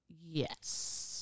Yes